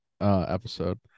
episode